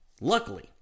luckily